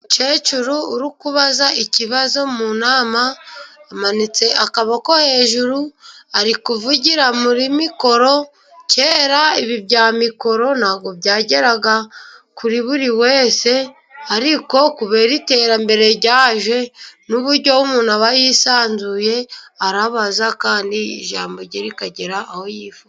Umukecuru urikuza ikibazo mu nama, amanitse akaboko hejuru, ari kuvugira muri mikoro, kera ibi bya mikoro ntabwo byageraga kuri buri wese, ariko kubera iterambere ryaje n'uburyo umuntu, aba yisanzuye, arabaza kandi ijambo rye rikagera aho yifuza.